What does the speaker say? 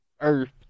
earth